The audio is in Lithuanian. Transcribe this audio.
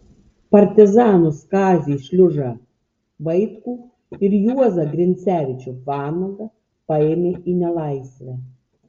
partizanus kazį šliužą vaitkų ir juozą grincevičių vanagą paėmė į nelaisvę